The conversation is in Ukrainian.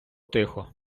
тихо